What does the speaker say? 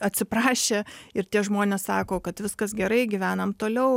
atsiprašė ir tie žmonės sako kad viskas gerai gyvenam toliau